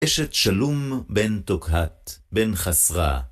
אשת שלום בין תוקהת בין חסרה